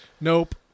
Nope